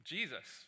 Jesus